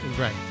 Right